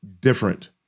different